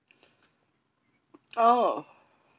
oh